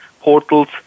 portals